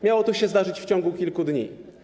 Miało to się zdarzyć w ciągu kilku dni.